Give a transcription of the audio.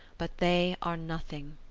but they are nothing.